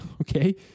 Okay